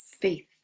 faith